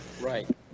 Right